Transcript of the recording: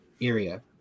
area